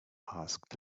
asked